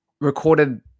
recorded